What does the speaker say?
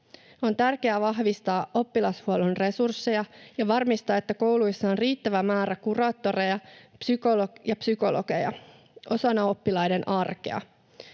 On tärkeää vahvistaa oppilashuollon resursseja ja varmistaa, että kouluissa on riittävä määrä kuraattoreja ja psykologeja osana oppilaiden arkea.